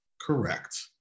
correct